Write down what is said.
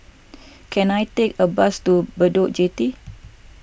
can I take a bus to Bedok Jetty